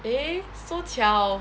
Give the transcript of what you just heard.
eh so 巧